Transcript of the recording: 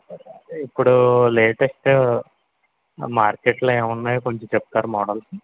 ఇప్పుడు లేటెస్ట్ మార్కెట్లో ఏమున్నాయి కొంచెం చెప్తారా మోడల్సు